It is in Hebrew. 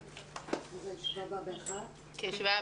הישיבה ננעלה בשעה 12:20.